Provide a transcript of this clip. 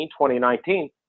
2019